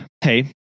Hey